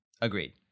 Agreed